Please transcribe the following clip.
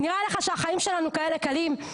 נראה לך שהחיים שלנו כאלה קלים?